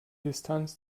distanz